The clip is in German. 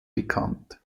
bekannt